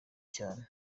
cyane